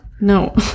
no